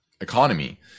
economy